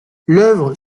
l’œuvre